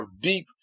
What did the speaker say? deep